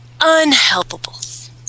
unhelpables